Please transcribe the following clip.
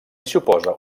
suposa